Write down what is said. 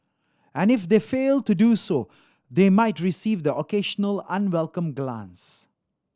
and if they fail to do so they might receive the occasional unwelcome glance